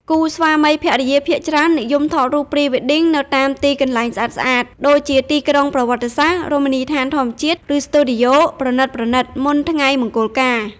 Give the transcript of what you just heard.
គូស្វាមីភរិយាភាគច្រើននិយមថតរូប Pre-Wedding នៅតាមទីកន្លែងស្អាតៗ ដូចជាទីក្រុងប្រវត្តិសាស្ត្រ រមណីយដ្ឋានធម្មជាតិ ឬស្ទូឌីយោប្រណិតៗ មុនថ្ងៃមង្គលការ ។